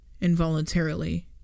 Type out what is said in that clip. involuntarily